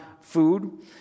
food